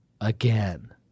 again